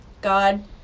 god